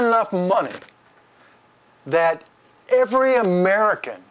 enough money that every american